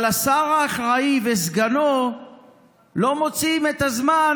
אבל השר האחראי וסגנו לא מוצאים את הזמן